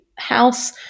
house